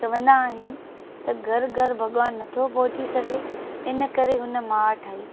चवंदा आहिनि त घरु घरु भॻवानु नथो पहुची सघे इन करे हुन माउ ठाही